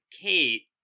kate